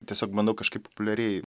tiesiog bandau kažkaip populiariai